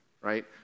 right